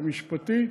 המשפטי.